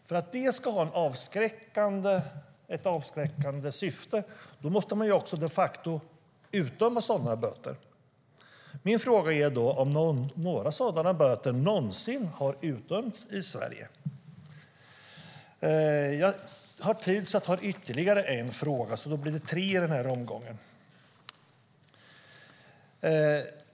För att det ska ha en avskräckande inverkan måste man de facto utdöma sådana böter. Min fråga är om några sådana böter någonsin har utdömts i Sverige.